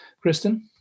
Kristen